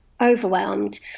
overwhelmed